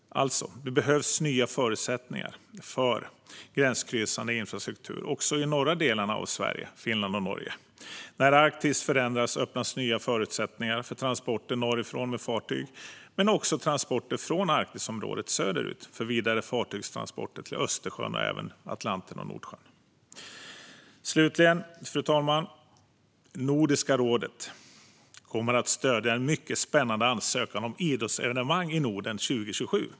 Det behövs nya förutsättningar för gränskryssande infrastruktur också i de norra delarna av Sverige, Finland och Norge. När Arktis förändras öppnas nya förutsättningar för transporter norrifrån med fartyg men också för transporter från Arktisområdet söderut för vidare fartygstransporter till Östersjön och även till Atlanten och Nordsjön. Slutligen, fru talman: Nordiska rådet kommer att stödja en mycket spännande ansökan om ett idrottsevenemang i Norden 2027.